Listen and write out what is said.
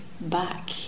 back